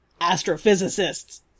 astrophysicists